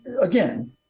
again